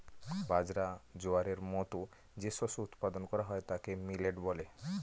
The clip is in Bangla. বাজরা, জোয়ারের মতো যে শস্য উৎপাদন করা হয় তাকে মিলেট বলে